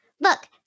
Look